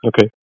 Okay